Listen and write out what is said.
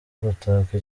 gutaka